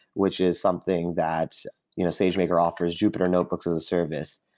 which is something that you sagemaker offers jupiter notebooks as a service,